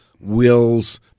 wills